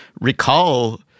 recall